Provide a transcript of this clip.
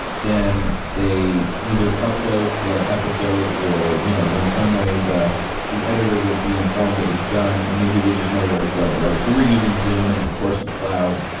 then they either upload the episode or, you know in some way, the the editor would be informed that it's done. and maybe they just know where to go, right? so we're using zoom and it records to the cloud.